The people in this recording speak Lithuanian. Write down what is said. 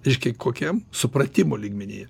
reiškia kokiam supratimo lygmenyje